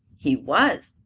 he was,